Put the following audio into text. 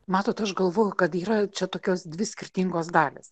matot aš galvoju kad yra čia tokios dvi skirtingos dalys